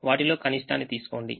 వాటిలో కనిష్టాన్ని తీసుకోండి